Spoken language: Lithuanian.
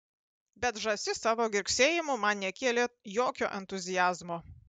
bet žąsis savo girgsėjimu man nekėlė jokio entuziazmo